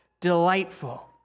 delightful